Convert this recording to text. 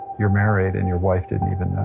you're married and your wife didn't even